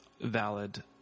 valid